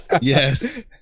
Yes